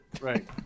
Right